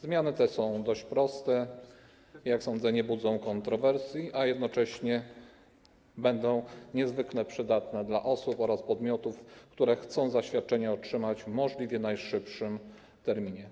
Zmiany te są dość proste i, jak sądzę, nie budzą kontrowersji, a jednocześnie będą niezwykle przydatne dla osób oraz podmiotów, które chcą zaświadczenie otrzymać w możliwie najszybszym terminie.